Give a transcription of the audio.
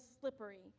slippery